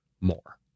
more